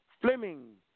Fleming